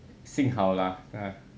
幸好 lah